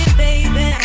baby